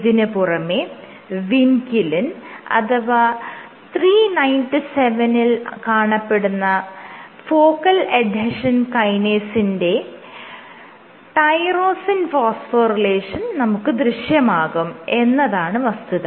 ഇതിന് പുറമെ വിൻക്യുലിൻ അഥവാ 397 ൽ കാണപ്പെടുന്ന ഫോക്കൽ എഡ്ഹെഷൻ കൈനേസിന്റെ ടൈറോസിൻ ഫോസ്ഫോറിലേഷൻ നമുക്ക് ദൃശ്യമാകും എന്നതാണ് വസ്തുത